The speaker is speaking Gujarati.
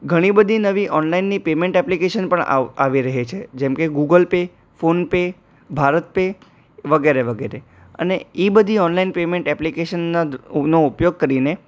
ઘણી બધી નવી ઓનલાઈનની પેમેન્ટ એપ્લિકેશન પણ આવ આવી રહે છે જેમકે ગૂગલપે ફોનપે ભારતપે વગેરે વગેરે અને એ બધી ઓનલાઇન પેમેન્ટ એપ્લિકેશનના નો ઉપયોગ કરીને